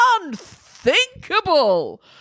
Unthinkable